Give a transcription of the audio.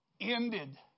ended